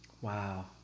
Wow